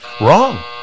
Wrong